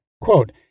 quote